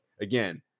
again